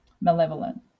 malevolent